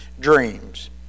dreams